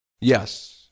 Yes